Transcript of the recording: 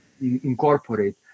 incorporate